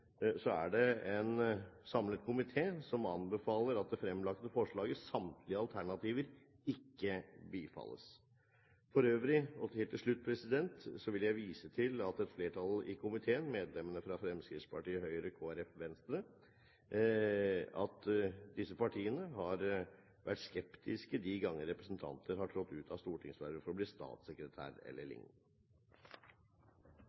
og helt til slutt – viser et flertall i komiteen, medlemmene fra Fremskrittspartiet, Høyre, Kristelig Folkeparti og Venstre, til at disse partiene «har vært skeptiske de gangene representanter har trådt ut av stortingsvervet for å bli statssekretærer eller